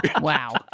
Wow